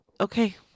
okay